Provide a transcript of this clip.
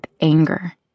anger